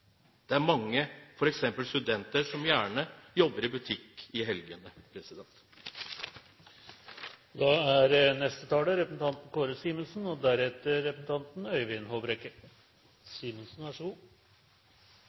Det er mange, f.eks. studenter, som gjerne jobber i butikk i helgene. Beskrivelsen av det rød-grønne samfunnet, slik representanten